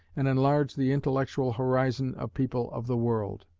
and enlarge the intellectual horizon of people of the world.